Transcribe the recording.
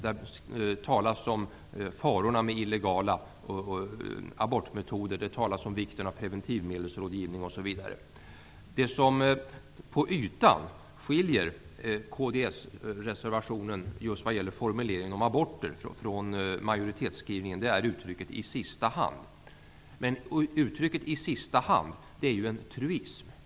Där talas om farorna med illegala abortmetoder, vikten av preventivmedelsrådgivning osv. Det som på ytan skiljer kds-reservationen från majoritetsskrivningen vad gäller formulering om aborter är uttrycket ''i sista hand''. Uttrycket ''i sista hand'' är en truism.